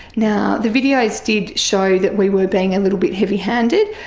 now, the videos did show that we were being a little bit heavy-handed.